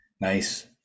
Nice